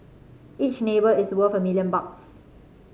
each neighbour is worth a million bucks